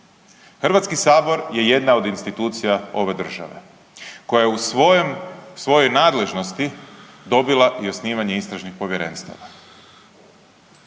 Hrvatski sabor je jedna od institucija ove države koja je u svojoj nadležnosti dobila i osnivanje istražnih povjerenstava.